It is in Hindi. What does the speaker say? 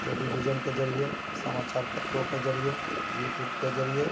टेलीबिजन के जरिए समाचारपत्रों के जरिए यूटूब के जरिए